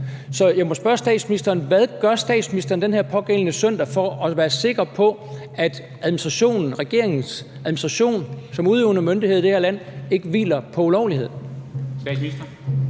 Så jeg må spørge statsministeren: Hvad gør statsministeren den her pågældende søndag for at være sikker på, at administrationen, regeringens administration, som udøvende myndighed i det her land ikke hviler på ulovlighed?